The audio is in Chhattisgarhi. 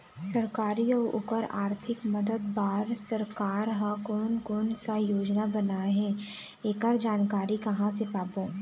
सरकारी अउ ओकर आरथिक मदद बार सरकार हा कोन कौन सा योजना बनाए हे ऐकर जानकारी कहां से पाबो?